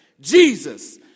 Jesus